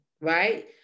right